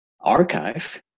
archive